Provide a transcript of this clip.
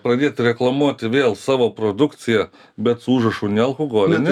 pradėti reklamuoti vėl savo produkciją bet su užrašu nealkoholinė